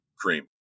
cream